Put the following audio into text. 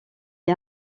est